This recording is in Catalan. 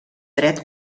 dret